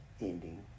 ending